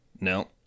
No